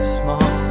small